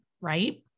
right